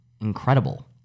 incredible